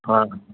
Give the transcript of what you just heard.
हा